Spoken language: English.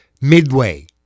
midway